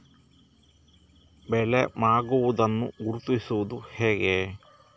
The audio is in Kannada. ಬೆಳೆ ಮಾಗುವುದನ್ನು ಗುರುತಿಸುವುದು ಹೇಗೆ?